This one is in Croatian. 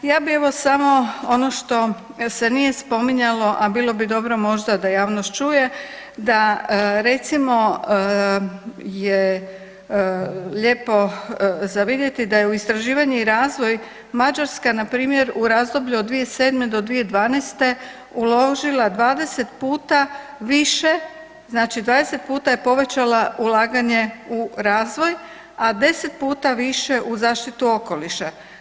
Ja bi evo samo ono što se nije spominjalo, a bilo bi dobro možda da javnost čuje, da recimo je lijepo za vidjet da je u istraživanje i razvoj Mađarska na primjer u razdoblju od 2007.-2012. uložila 20 puta više, znači 20 puta je povećala ulaganje u razvoj, a 10 puta više u zaštitu okoliša.